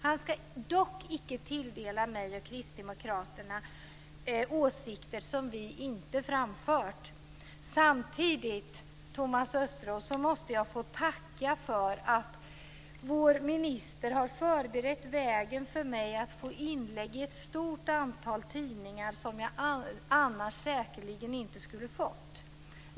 Han ska dock icke tilldela mig och Kristdemokraterna åsikter som vi inte framfört. Samtidigt måste jag få tacka vår minister Thomas Östros för att han har förberett vägen för mig att få inlägg i ett stort antal tidningar som jag annars säkerligen inte skulle ha fått.